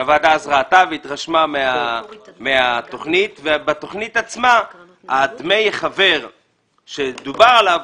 שהוועדה אז ראתה והתרשמה מהתכנית ובתכנית עצמה דמי החבר שדובר עליהם,